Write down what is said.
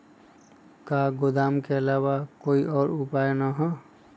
का गोदाम के आलावा कोई और उपाय न ह?